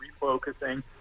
refocusing